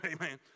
Amen